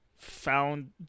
Found